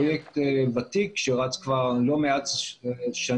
פרויקט ותיק שרץ כבר לא מעט שנים.